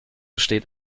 steht